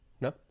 No